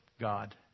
God